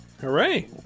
hooray